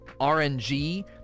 RNG